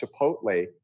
Chipotle